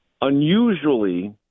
unusually